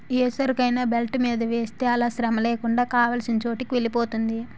ఏ సరుకైనా బెల్ట్ మీద వేస్తే అలా శ్రమలేకుండా కావాల్సిన చోటుకి వెలిపోతుంది